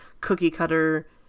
cookie-cutter